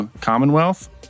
Commonwealth